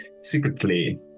secretly